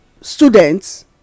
students